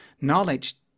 knowledge